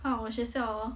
!huh! 我学校 hor